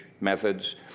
methods